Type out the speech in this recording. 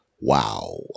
wow